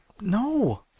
No